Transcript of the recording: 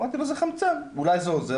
אמרתי לו 'זה חמצן אולי זה עוזר',